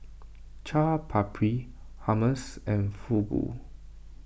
Chaat Papri Hummus and Fugu